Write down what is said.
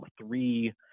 three